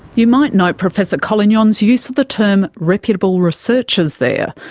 you might note professor collingon's use of the term reputable researchers there.